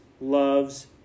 loves